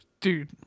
Dude